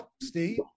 Steve